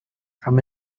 from